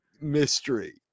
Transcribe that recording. mystery